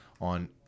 on